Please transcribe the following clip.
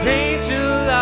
angel